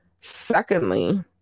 Secondly